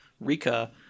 Rika